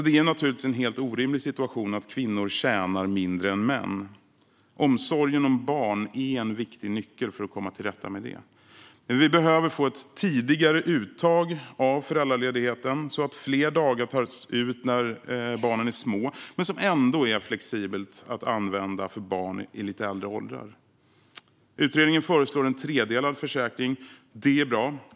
Det är naturligtvis en helt orimlig situation att kvinnor tjänar mindre än män. Omsorgen om barn är en viktig nyckel för att komma till rätta med det. Vi behöver få ett tidigare uttag av föräldraledigheten så att fler dagar tas ut när barnen är små men som ändå är flexibelt att använda för barn i lite äldre åldrar. Utredningen föreslår en tredelad försäkring. Det är bra.